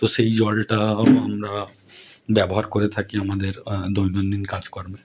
তো সেই জলটা আমরা ব্যবহার করে থাকি আমাদের দৈনন্দিন কাজকর্মে